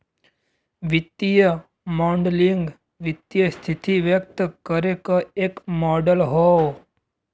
वित्तीय मॉडलिंग वित्तीय स्थिति व्यक्त करे क एक मॉडल हौ